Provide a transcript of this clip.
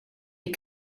les